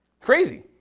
Crazy